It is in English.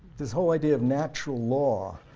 this whole idea of natural law,